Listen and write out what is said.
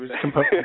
composed